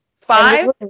Five